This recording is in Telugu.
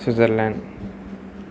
స్విజర్ల్యాండ్